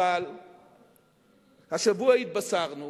השבוע התבשרנו